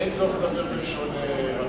אין צורך לדבר בלשון רבים.